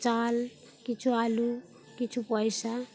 চাল কিছু আলু কিছু পয়সা